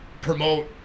promote